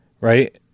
right